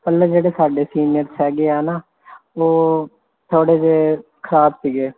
ਪਹਿਲਾਂ ਜਿਹੜੇ ਸਾਡੇ ਸੀਨੀਅਰਸ ਹੈਗੇ ਆ ਨਾ ਉਹ ਥੋੜ੍ਹੇ ਜਿਹੇ ਖਰਾਬ ਸੀਗੇ